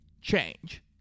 change